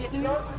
no